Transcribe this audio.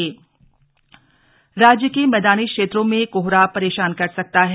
मौसम राज्य के मैदानी क्षेत्रों में कोहरा परेशान कर सकता है